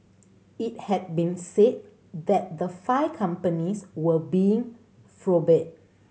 it had been said that the five companies were being probed